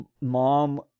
mom